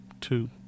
two